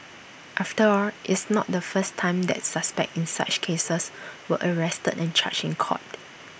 after all it's not the first time that suspects in such cases were arrested and charged in court